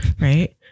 right